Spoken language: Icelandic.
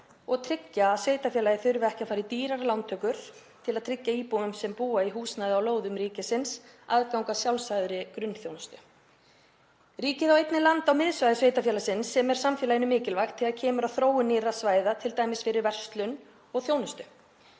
og tryggja að sveitarfélagið þurfi ekki að fara í dýrar lántökur til að tryggja íbúum sem búa í húsnæði á lóðum ríkisins aðgang að sjálfsagðri grunnþjónustu. Ríkið á einnig land á miðsvæði sveitarfélagsins sem er samfélaginu mikilvægt þegar kemur að þróun nýrra svæða, t.d. fyrir verslun og þjónustu.